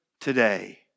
today